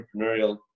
entrepreneurial